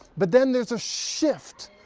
but then there's a shift,